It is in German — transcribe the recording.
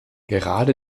gerade